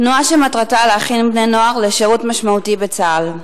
תנועה שמטרתה להכין בני-נוער לשירות משמעותי בצה"ל.